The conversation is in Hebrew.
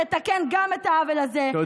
נתקן גם את העוול הזה,